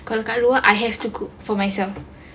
kalau kat luar I have to cook for myself